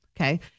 okay